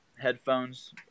Headphones